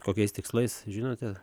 kokiais tikslais žinote